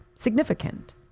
significant